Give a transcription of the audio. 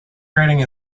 rating